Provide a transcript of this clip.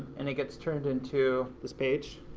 and it gets turned into this page.